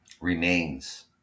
remains